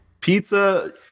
pizza